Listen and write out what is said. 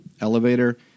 elevator